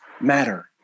matter